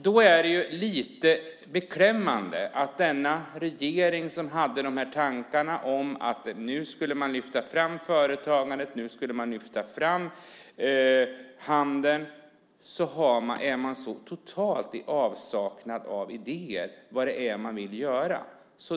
Det är lite beklämmande att denna regering som hade tankar om att man skulle lyfta fram företagandet och lyfta fram handeln är så totalt i avsaknad av idéer om vad man vill göra.